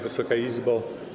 Wysoka Izbo!